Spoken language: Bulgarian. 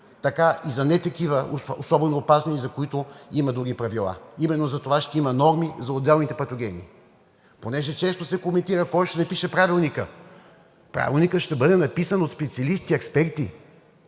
така и за не особено опасни, за които има други правила. Именно за това ще има норми за отделните патогени, понеже често се коментира кой ще напише правилника. Правилникът ще бъде написан от специалисти експерти,